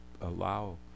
allow